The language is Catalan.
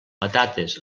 patates